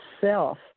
self